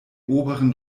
oberen